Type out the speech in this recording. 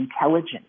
intelligence